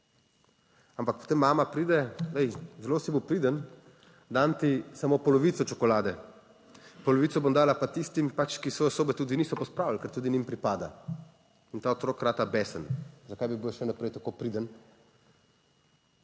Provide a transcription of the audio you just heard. ampak potem mama pride, glej, zelo si bil priden, dam ti samo polovico čokolade, polovico bom dala pa tistim pač, ki svoje sobe tudi niso pospravili, ker tudi njim pripada in ta otrok rata besen, zakaj bi bil jaz še naprej tako priden,